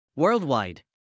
Worldwide